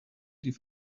die